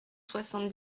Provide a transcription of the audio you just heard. soixante